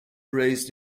raised